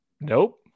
Nope